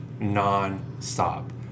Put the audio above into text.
non-stop